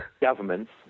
Governments